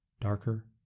darker